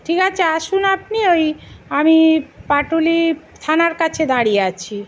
ঠিক আছে আসুন আপনি ওই আমি পাটুলি থানার কাছে দাঁড়িয়ে আছি